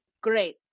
great